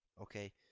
okay